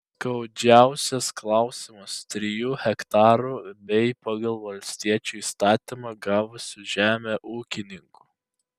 skaudžiausias klausimas trijų hektarų bei pagal valstiečių įstatymą gavusių žemę ūkininkų